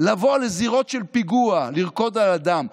לבוא לזירות של פיגוע לרקוד על הדם.